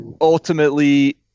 ultimately